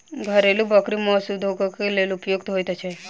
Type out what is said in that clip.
घरेलू बकरी मौस उद्योगक लेल उपयुक्त होइत छै